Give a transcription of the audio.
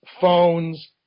phones